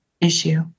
issue